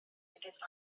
because